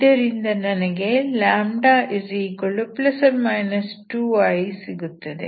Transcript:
ಇದರಿಂದ ನನಗೆ λ±2i ಸಿಗುತ್ತದೆ